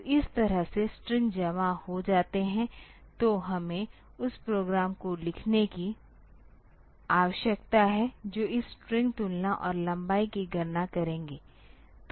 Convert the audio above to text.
तो इस तरह से स्ट्रिंग जमा हो जाते हैं तो हमें उस प्रोग्राम को लिखने की आवश्यकता है जो इस स्ट्रिंग तुलना और लंबाई की गणना करेंगे